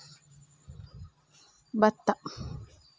ಕಡಿಮೆ ಮಳೆ ಇರುವಾಗ ಯಾವ ಕೃಷಿ ಮಾಡಿದರೆ ಒಳ್ಳೆಯದು?